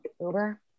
Uber